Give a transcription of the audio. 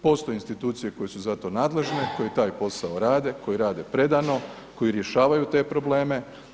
Postoje institucije koje su za to nadležne koje taj posao rade, koji rade predano, koji rješavaju te probleme.